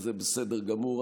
וזה בסדר גמור.